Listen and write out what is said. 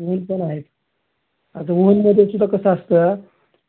oven पण आहेत आता ओव्हनमध्येसुद्धा कसं असतं